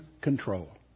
control